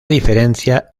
diferencia